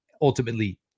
ultimately